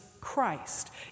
Christ